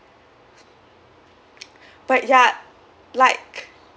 but ya like